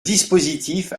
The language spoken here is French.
dispositif